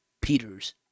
Peters